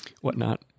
whatnot